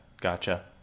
Gotcha